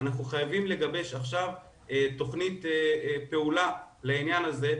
אנחנו חייבים לגבש עכשיו תכנית פעולה לעניין הזה,